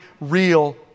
real